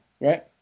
right